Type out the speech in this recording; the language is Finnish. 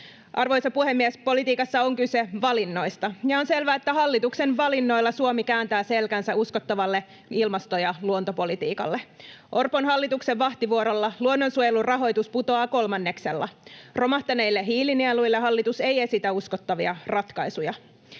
Arvoisa puhemies! Politiikassa on kyse valinnoista, ja on selvää, että hallituksen valinnoilla Suomi kääntää selkänsä uskottavalle ilmasto- ja luontopolitiikalle. Orpon hallituksen vahtivuorolla luonnonsuojelun rahoitus putoaa kolmanneksella. Romahtaneille hiilinieluille hallitus ei esitä uskottavia ratkaisuja.